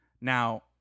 Now